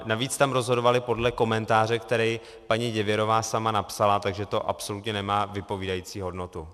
Navíc tam rozhodovali podle komentáře, který paní Děvěrová sama napsala, takže to absolutně nemá vypovídající hodnotu.